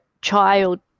child